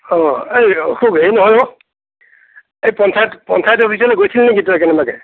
এই অশোক হেৰি নহয় এই পঞ্চায়ত পঞ্চায়ত অফিচলে গৈছিলি নেকি তই কেনেবাকৈ